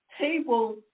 table